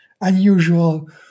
unusual